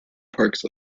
parks